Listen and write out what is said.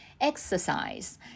exercise